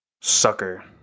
sucker